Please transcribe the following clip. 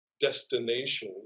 destination